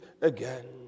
again